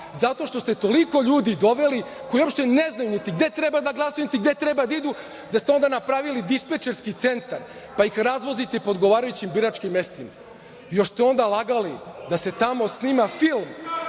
Zato što ste toliko ljudi doveli koji uopšte ne znaju niti gde treba da glasaju, niti gde treba da idu, da ste onda napravili dispečerski centar, pa iz razvozite po odgovarajućim biračkim mestima. Još ste onda lagali da se tamo snima film